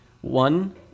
one